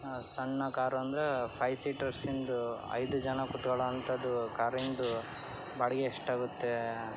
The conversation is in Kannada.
ಸಣ್ಣ ಕಾರು ಅಂದರೆ ಫೈ ಸೀಟರ್ಸಿಂದು ಐದು ಜನ ಕೂತ್ಕೊಳ್ಳೋಂಥದ್ದು ಕಾರಿಂದು ಬಾಡಿಗೆ ಎಷ್ಟಾಗುತ್ತೆ